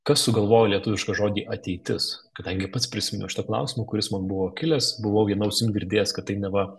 kas sugalvojo lietuvišką žodį ateitis kadangi pats prisiminiau šitą klausimą kuris man buvo kilęs buvau viena ausim girdėjęs kad tai neva